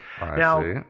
Now